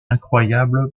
incroyable